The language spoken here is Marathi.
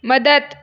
मदत